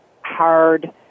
hard